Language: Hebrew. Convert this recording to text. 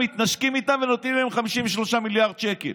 מתנשקים איתם ונותנים להם 53 מיליארד שקל.